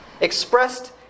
expressed